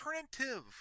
alternative